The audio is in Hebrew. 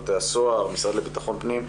המשרד לבטחון פנים,